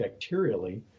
bacterially